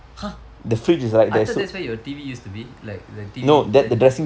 !huh! I thought that's why your T_V used to be like the T_V then